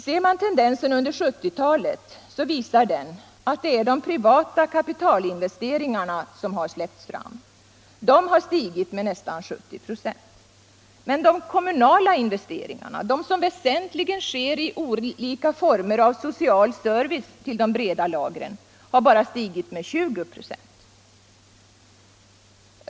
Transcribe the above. Tendensen under 1970-talet visar att det är de privata kapitalinvesteringarna som släppts fram. De har stigit med nästan 70 ",. Men de kommunala investeringarna — de som väsentligen sker i olika former av social service till de breda lagren — har bara stigit med 20 ",.